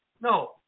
No